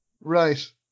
Right